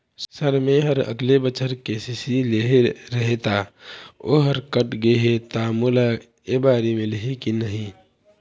Sir मेहर अगले बछर के.सी.सी लेहे रहें ता ओहर कट गे हे ता मोला एबारी मिलही की नहीं?